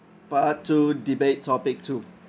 part two debate topic two